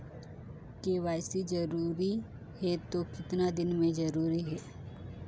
KYC जरूरी हे तो कतना दिन मे जरूरी है?